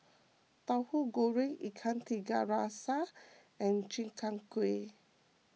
Tauhu Goreng Ikan Tiga Rasa and Chi Kak Kuih